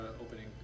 opening